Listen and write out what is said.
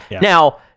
now